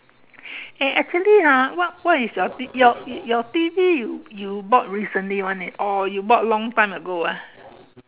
eh actually ha what what is your T your your T_V you you bought recently one it or you bought long time ago ah